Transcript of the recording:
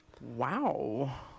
Wow